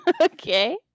Okay